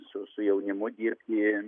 su su jaunimu dirbti